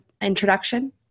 introduction